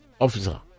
officer